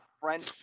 french